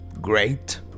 great